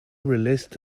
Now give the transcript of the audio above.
released